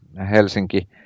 Helsinki